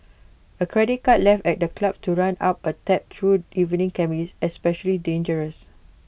A credit card left at the club to run up A tab through evening can be especially dangerous